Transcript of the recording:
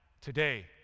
today